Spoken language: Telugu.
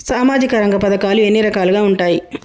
సామాజిక రంగ పథకాలు ఎన్ని రకాలుగా ఉంటాయి?